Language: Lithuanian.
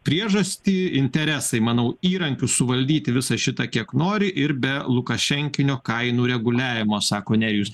priežastį interesai manau įrankių suvaldyti visą šitą kiek nori ir be lukašenkinio kainų reguliavimo sako nerijus